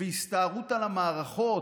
והסתערות על המערכות,